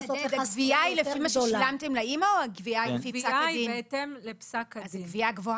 לפי מה ששילמתם לאימא או הגבייה היא לפי פסק הדין?